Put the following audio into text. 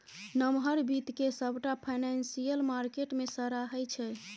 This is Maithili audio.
नमहर बित्त केँ सबटा फाइनेंशियल मार्केट मे सराहै छै